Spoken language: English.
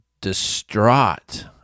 distraught